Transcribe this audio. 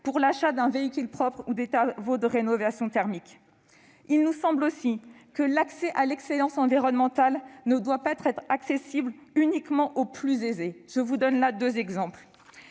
pour l'achat d'un véhicule propre ou la réalisation de travaux de rénovation thermique. Il nous semble également que l'accès à l'excellence environnementale ne doit pas être ouvert uniquement aux plus aisés. Je donnerai deux exemples.